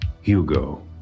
Hugo